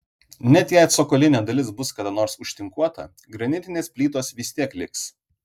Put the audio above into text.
net jei cokolinė dalis bus kada nors užtinkuota granitinės plytos vis tiek liks